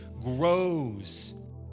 grows